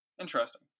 Interesting